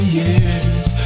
years